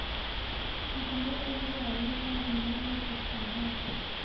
कितने उम्र वालों का बीमा हो सकता है?